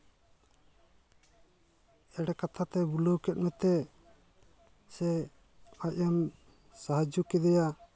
ᱮᱲᱮ ᱠᱟᱛᱷᱟᱛᱮ ᱵᱩᱞᱟᱹᱣ ᱠᱮᱫ ᱢᱮᱛᱮ ᱥᱮ ᱟᱡ ᱮᱢ ᱥᱟᱦᱟᱡᱡᱳ ᱠᱮᱫᱮᱭᱟ